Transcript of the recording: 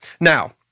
Now